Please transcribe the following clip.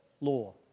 law